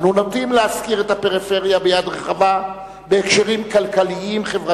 אנו נוטים להזכיר את הפריפריה ביד רחבה בהקשרים כלכליים-חברתיים,